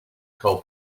cold